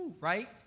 Right